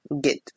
get